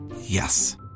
Yes